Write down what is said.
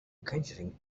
conjuring